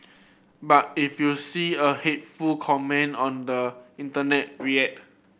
but if you see a hateful comment on the internet react